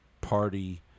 party